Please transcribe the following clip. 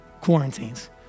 quarantines